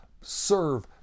serve